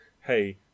hey